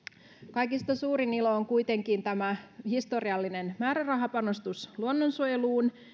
kaikista suurin ilo on kuitenkin tämä historiallinen määrärahapanostus luonnonsuojeluun